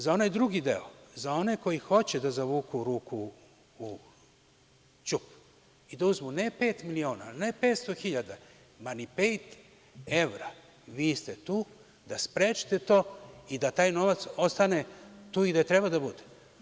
Za onaj drugi deo, za one koji hoće da zavuku ruku u ćup i da uzmu, ne pet miliona, ne 500 hiljada, ma ni pet evra, vi ste tu da sprečite to i da taj novac ostane tu gde i treba da bude.